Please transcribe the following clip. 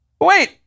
Wait